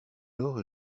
lors